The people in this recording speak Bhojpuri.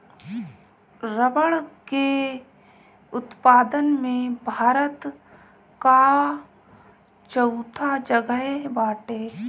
रबड़ के उत्पादन में भारत कअ चउथा जगह बाटे